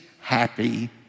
happy